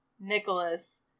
Nicholas